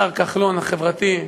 לשר כחלון החברתי,